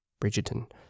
Bridgerton